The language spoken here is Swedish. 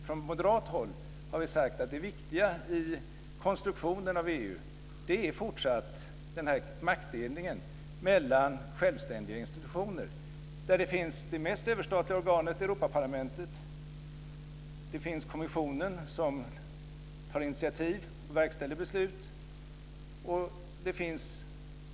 Från moderat håll har vi sagt att det viktiga i konstruktionen av EU är fortsatt maktdelning mellan självständiga institutioner. Det mest överstatliga organet är Europaparlamentet. Kommissionen tar initiativ och verkställer beslut.